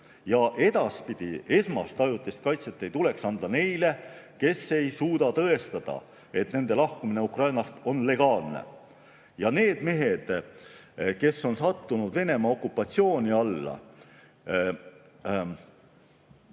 ja edaspidi esmast ajutist kaitset ei tuleks anda neile, kes ei suuda tõestada, et nende lahkumine Ukrainast on legaalne. Ja need mehed, kes on sattunud Venemaa okupatsiooni alla,